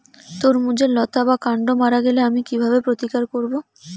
তরমুজের লতা বা কান্ড মারা গেলে আমি কীভাবে প্রতিকার করব?